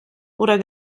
oder